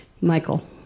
Michael